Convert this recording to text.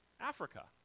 Africa